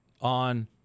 on